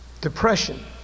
Depression